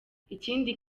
ikindi